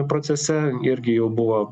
procese irgi jau buvo